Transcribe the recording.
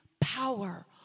power